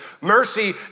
Mercy